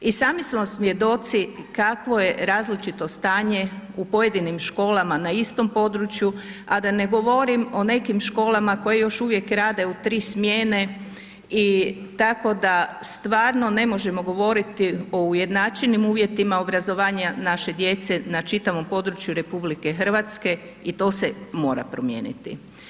I sami smo svjedoci kakvo je različito stanje u pojedinim školama na istom području, a da ne govorim o nekim školama koji još uvijek rade u tri smjene i tako da stvarno ne možemo govoriti o ujednačim uvjetima obrazovanja naše djece na čitavom području RH i to se mora promijeniti.